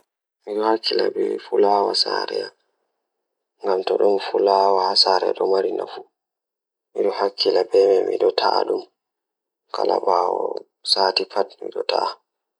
Mi waawi nguurndam ngam waɗude haɓɓe nguurndam. Mi waɗa leydi ngam waɗa fowru e wuro am, ko fowru baaliiɗi.